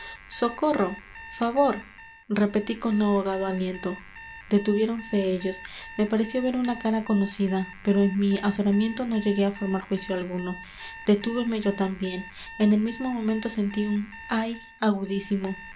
socorro favor repetí con ahogado aliento detuviéronse ellos me pareció ver una cara conocida pero en mi azoramiento no llegué a formar juicio alguno detúveme yo también en el mismo momento sentí un ay agudísimo